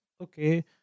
okay